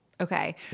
Okay